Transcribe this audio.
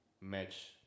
match